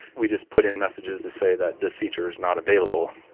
we just put in messages to say that this feature is not available.